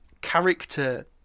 character